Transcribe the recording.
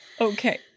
okay